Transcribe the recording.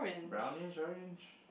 brownish orange